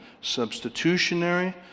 Substitutionary